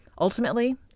ultimately